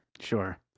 Sure